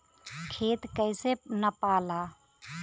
खेत कैसे नपाला?